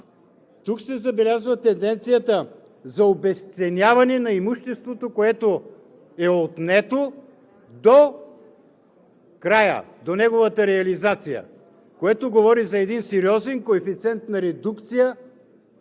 Тук се забелязва тенденцията за обезценяване на имуществото, което е отнето до края, до неговата реализация, което говори за един сериозен коефициент на редукция